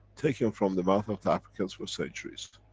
taken from the mouth of the africans for centuries.